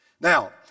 now